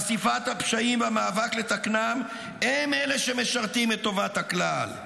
חשיפת הפשעים והמאבק לתקנם הם אלה שמשרתים את טובת הכלל.